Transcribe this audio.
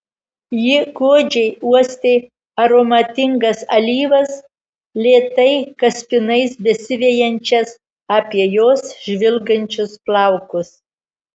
ji godžiai uostė aromatingas alyvas lėtai kaspinais besivejančias apie jos žvilgančius plaukus